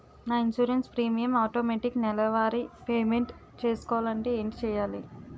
నా insurance premium automatic నెలవారి payment చేసుకోవాలంటే ఏంటి చేయాలి?